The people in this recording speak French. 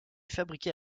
fabriquée